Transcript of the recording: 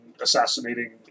assassinating